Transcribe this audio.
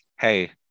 hey